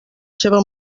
seva